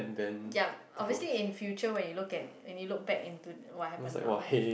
yup a wasting in future when you look at when you look back into what happen now